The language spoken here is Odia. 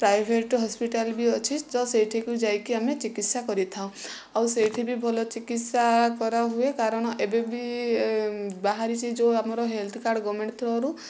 ପ୍ରାଇଭେଟ ହସ୍ପିଟାଲ ବି ଅଛି ତ ସେଇଠିକୁ ଯାଇକି ଆମେ ଚିକିତ୍ସା କରିଥାଉ ଆଉ ସେଇଠି ବି ଭଲ ଚିକିତ୍ସା କରାହୁଏ କାରଣ ଏବେ ବି ବାହାରିଛି ଯେଉଁ ଆମର ହେଲ୍ଥ୍ କାର୍ଡ଼ ଗଭମେଣ୍ଟ ଥ୍ରୋ ରୁ